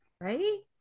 Right